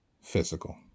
physical